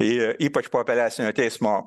ypač po apeliacinio teismo